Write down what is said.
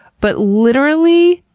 but literally,